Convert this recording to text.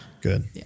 Good